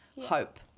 hope